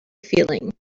feeling